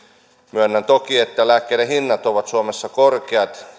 myönnän toki että lääkkeiden hinnat ovat suomessa korkeat